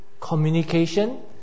communication